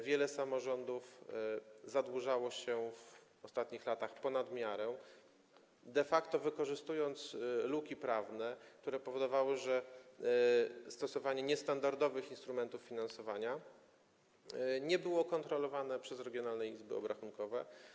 Wiele samorządów zadłużało się w ostatnich latach ponad miarę, de facto wykorzystując luki prawne, co powodowało, że stosowanie niestandardowych instrumentów finansowania nie było kontrolowane przez regionalne izby obrachunkowe.